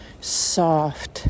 soft